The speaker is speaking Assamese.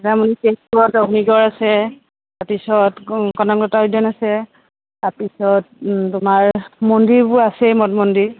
তেজপুৰত অগ্নিগড় আছে তাৰপিছত কনকলতা উদ্যান আছে তাৰপিছত তোমাৰ মন্দিৰবোৰ আছেই মঠ মন্দিৰ